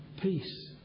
peace